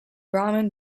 brahman